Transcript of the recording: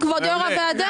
כבוד יו"ר הוועדה?